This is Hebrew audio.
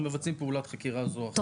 אנחנו מבצעים פעולת חקירה זו או אחרת.